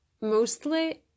mostly